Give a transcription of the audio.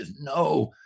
no